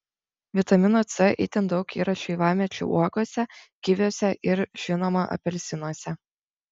vitamino c itin daug yra šeivamedžių uogose kiviuose ir žinoma apelsinuose